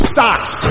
Stocks